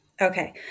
Okay